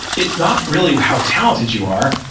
it's not really how talented you are.